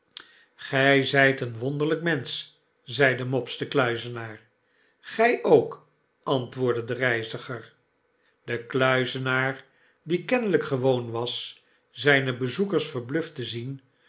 gij zyt een wonderlijk mensch zeide mopes de kluizenaar gy ook antwoordde de reiziger de kluizenaar die kennelyk gewoon was zijne bezoekers verbluft te zien